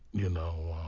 you know.